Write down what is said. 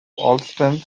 allston